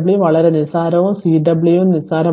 Rw വളരെ നിസ്സാരവും Cw യും നിസാരമാണ്